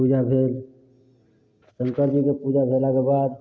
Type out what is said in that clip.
पूजा भेल शंकर जीके पूजा भेलाके बाद